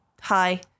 hi